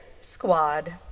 Squad